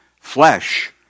flesh